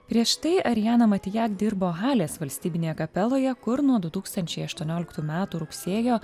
prieš tai ariana matija dirbo halės valstybinėje kapeloje kur nuo du tūkstančiai aštuonioliktų metų rugsėjo